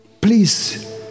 Please